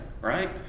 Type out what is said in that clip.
right